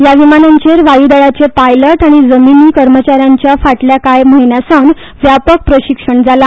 ह्या विमानांचेर वायु दळाचे पायलट आनी जमिनी कर्मचा यांचे फाटल्या काय म्हयन्यासावन व्यापक प्रशिक्षण जाला